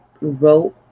wrote